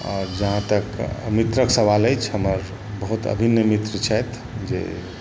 आओर जहाँ तक मित्रके सवाल अछि हमर बहुत अभिन्न मित्र छथि जे